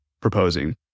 proposing